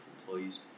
employees